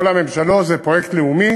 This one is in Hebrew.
כל הממשלות, היא שזה פרויקט לאומי